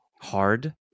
hard